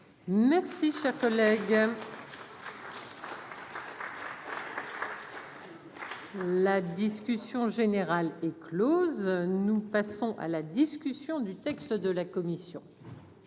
Merci, cher collègue. La discussion générale est Close, nous passons à la discussion du texte de la commission.